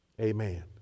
Amen